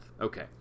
Okay